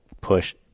push